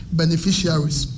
beneficiaries